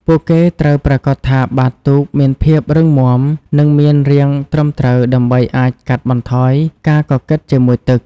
ពួកគេត្រូវប្រាកដថាបាតទូកមានភាពរឹងមាំនិងមានរាងត្រឹមត្រូវដើម្បីអាចកាត់បន្ថយការកកិតជាមួយទឹក។